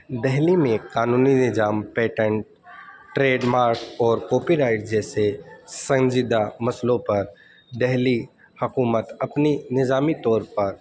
دہلی میں قانونی نظام پیٹنٹ ٹریڈ مارک اور کاپی رائٹ جیسے سنجیدہ مسئلوں پر دہلی حکومت اپنی نظامی طور پر